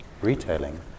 retailing